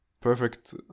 perfect